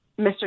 Mr